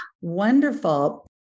Wonderful